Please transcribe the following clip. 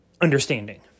understanding